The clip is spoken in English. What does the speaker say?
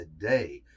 today